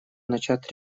начать